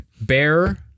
Bear